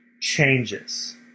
changes